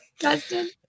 Justin